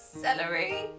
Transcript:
celery